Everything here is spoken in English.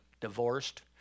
divorced